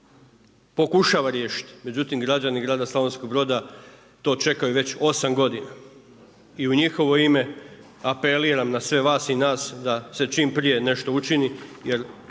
pokušava riješiti, međutim građani grada Slavonskog Broda to čekaju već 8 godina. I u njihovo ime apeliram na sve vas i nas da se čim prije nešto učini